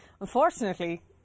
unfortunately